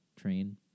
train